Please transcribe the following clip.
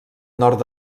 nord